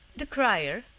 the crier,